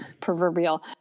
proverbial